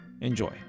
Enjoy